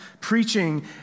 preaching